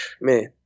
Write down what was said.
man